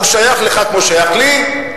הוא שייך לך כמו ששייך לי.